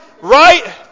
right